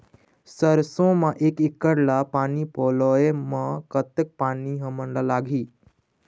सरसों म एक एकड़ ला पानी पलोए म कतक पानी हमन ला लगही?